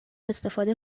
استفاده